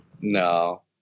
No